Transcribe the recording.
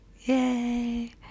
Yay